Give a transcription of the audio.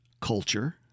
culture